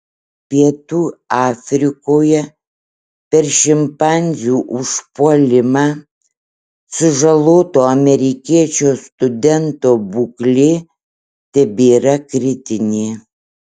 pietų afrikoje per šimpanzių užpuolimą sužaloto amerikiečio studento būklė tebėra kritinė